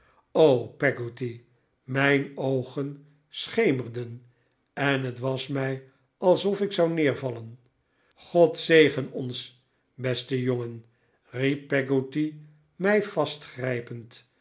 o peggotty mijn oogen schemerden en het was mij alsof ik zou neervallen god zegen ons beste jongen riep peggotty mij